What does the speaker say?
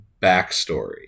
backstory